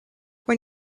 when